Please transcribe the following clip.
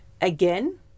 Again